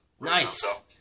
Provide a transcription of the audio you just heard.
Nice